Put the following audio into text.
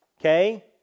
Okay